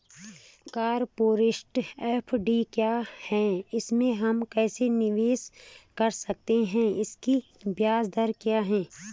Corporate FD क्या है इसमें हम कैसे निवेश कर सकते हैं इसकी ब्याज दर क्या है?